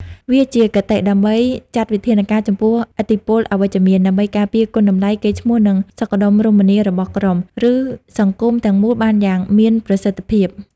វាជាគតិ ដើម្បីចាត់វិធានការចំពោះឥទ្ធិពលអវិជ្ជមាន ដើម្បីការពារគុណតម្លៃ កេរ្តិ៍ឈ្មោះ និងសុខដុមរមនារបស់ក្រុម ឬសង្គមទាំងមូលបានយ៉ាងមានប្រសិទ្ធិភាព។